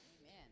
Amen